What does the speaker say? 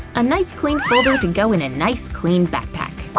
a nice clean folder to go in a nice clean backpack!